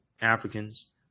Africans